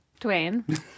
Dwayne